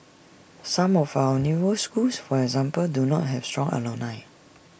some of our newer schools for example do not have strong alumni